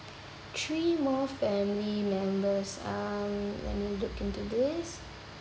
three more family members um let me look into this